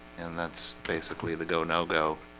and that's basically the go no-go